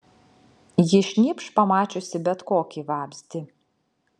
ji šnypš pamačiusi bet kokį vabzdį